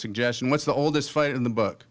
suggestion what's the oldest fight in the book